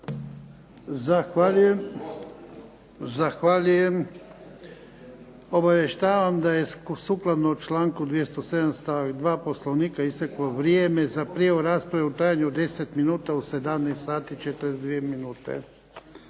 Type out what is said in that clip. Zahvaljujem. Obavještavam da je sukladno članku 207. stavak 2. Poslovnika isteklo vrijeme za prijavu rasprave u trajanju od 10 minuta u 17,42 sati.